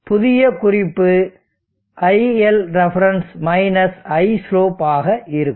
புதிய குறிப்பு iLref islope ஆக இருக்கும்